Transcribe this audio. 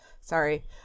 sorry